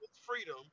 freedom